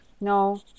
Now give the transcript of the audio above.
No